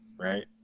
right